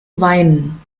weinen